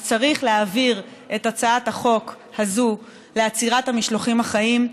אז צריך להעביר את הצעת החוק הזאת לעצירת המשלוחים החיים,